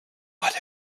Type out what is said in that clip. what